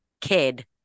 kid